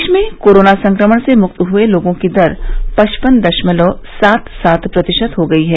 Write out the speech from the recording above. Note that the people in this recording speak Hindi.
देश में कोरोना संक्रमण से मुक्त हुए लोगों की दर पचपन दशमलव सात सात प्रतिशत हो गई है